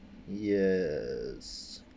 yes